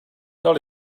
dal